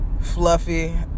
Fluffy